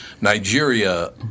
Nigeria